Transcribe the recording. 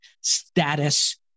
status